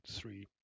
three